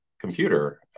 computer